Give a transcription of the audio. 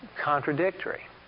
contradictory